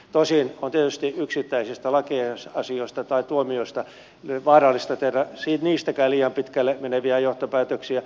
tosin on tietysti yksittäisistä lakiasioista tai tuomioista vaarallista tehdä liian pitkälle meneviä johtopäätöksiä